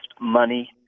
money